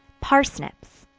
parsnips.